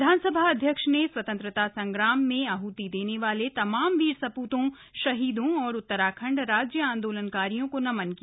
विधानसभा अध्यक्ष ने स्वतंत्रता संग्राम में आहति देने वाले तमाम वीर सपूतों शहीदों और उत्तराखंड राज्य आंदोलनकारियों को नमन किया